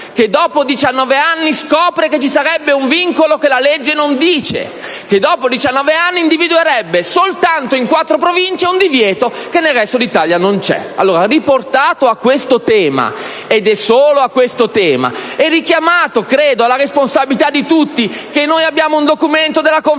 che dopo 19 anni scopre che vi sarebbe un vincolo che la legge non dice e che dopo 19 anni individuerebbe soltanto in quattro province un divieto che nel resto d'Italia non c'è. Ebbene, riportato a questo tema, e solo a questo tema, e richiamato - credo - alla responsabilità di tutti che vi è un documento della Conferenza